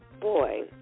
boy